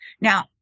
Now